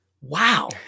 wow